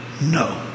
no